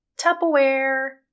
Tupperware